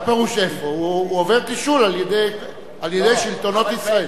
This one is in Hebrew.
מה פירוש "איפה?" הוא עובר תשאול על-ידי שלטונות ישראל.